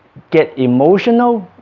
get emotional